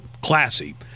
Classy